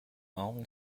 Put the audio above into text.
own